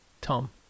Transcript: Tom